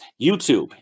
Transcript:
YouTube